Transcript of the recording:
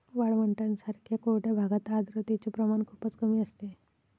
वाळवंटांसारख्या कोरड्या भागात आर्द्रतेचे प्रमाण खूपच कमी असते